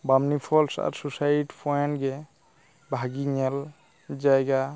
ᱵᱟᱢᱱᱤ falls suicide point ᱜᱮ ᱵᱷᱟᱜᱤ ᱧᱮᱞ ᱡᱟᱭᱜᱟ